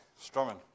strumming